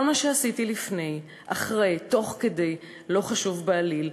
כל מה שעשיתי לפני, אחרי, תוך כדי, לא חשוב בעליל.